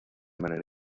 manera